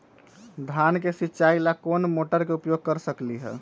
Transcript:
धान के सिचाई ला कोंन मोटर के उपयोग कर सकली ह?